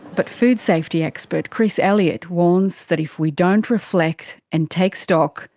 but food safety expert chris elliott warns that if we don't reflect and take stock,